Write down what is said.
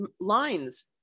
lines